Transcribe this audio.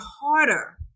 harder